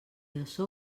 açò